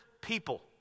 people